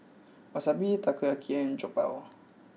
Wasabi Takoyaki and Jokbal